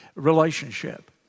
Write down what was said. relationship